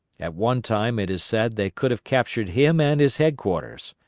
at one time it is said they could have captured him and his headquarters.